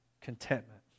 contentment